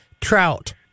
trout